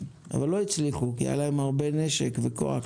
אבל לא הצליחו כי היה להם הרבה נשק וכוח.